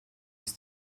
ist